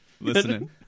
listening